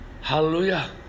Hallelujah